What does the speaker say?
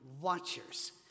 Watchers